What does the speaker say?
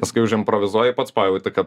paskui užimprovizuoji pats pajauti kad